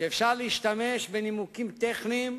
שאפשר להשתמש בנימוקים טכניים